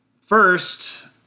first